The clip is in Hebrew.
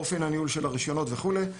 אופן הניהול של הרישיונות וכולי.